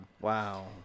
Wow